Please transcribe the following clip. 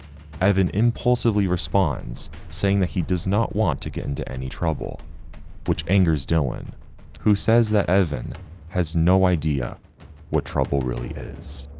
impulsively responds saying that he does not want to get into any trouble which angers, dylan who says that evan has no idea what trouble really is.